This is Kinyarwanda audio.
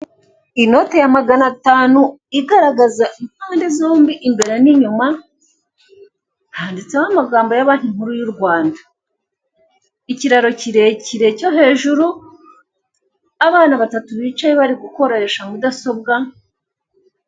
Inote ya magana atanu igaragaza impande zombi imbere n'inyuma, handitseho amagambo ya banki nkuru y'urwanda ikiraro kirekire cyo hejuru abana batatu bicaye bari gukoresha mudasobwa.